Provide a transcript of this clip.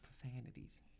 profanities